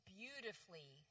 beautifully